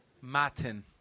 Martin